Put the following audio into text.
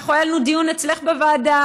היה לנו דיון אצלך בוועדה,